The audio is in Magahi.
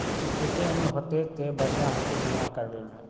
केते उम्र होते ते बढ़िया होते बीमा करबे में?